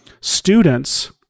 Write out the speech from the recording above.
students